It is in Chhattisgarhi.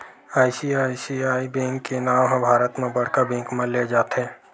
आई.सी.आई.सी.आई बेंक के नांव ह भारत म बड़का बेंक म लेय जाथे